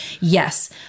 Yes